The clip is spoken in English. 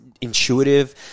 Intuitive